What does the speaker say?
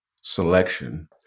selection